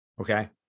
Okay